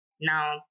now